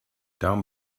down